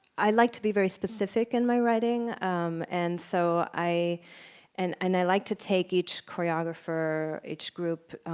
i like to be very specific in my writing um and so i and and i like to take each choreographer, each group,